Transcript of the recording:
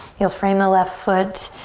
you'll frame the left foot.